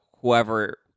whoever